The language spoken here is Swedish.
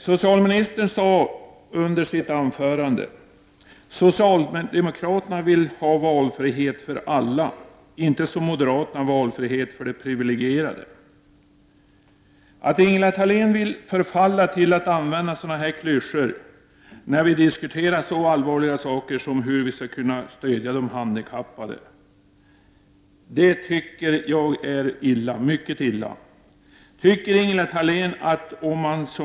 Herr talman! I sitt anförande sade socialministern att socialdemokraterna vill ha valfrihet för alla, inte som moderaterna valfrihet för de privilegierade. Att Ingela Thalén vill förfalla till att använda sådana klyschor, när vi diskuterar så allvarliga saker som hur vi skall kunna stödja de handikappade, tycker jag är mycket illa.